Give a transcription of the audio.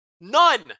None